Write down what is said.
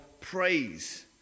praise